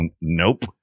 nope